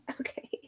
Okay